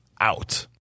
out